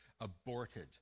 aborted